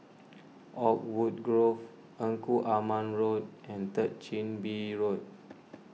Oakwood Grove Engku Aman Road and Third Chin Bee Road